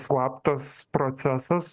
slaptas procesas